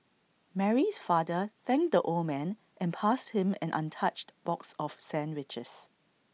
Mary's father thanked the old man and passed him an untouched box of sandwiches